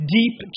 deep